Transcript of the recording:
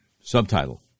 Subtitle